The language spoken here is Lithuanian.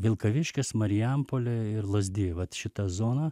vilkaviškis marijampolė lazdijai vat šita zona